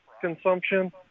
consumption